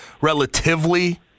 relatively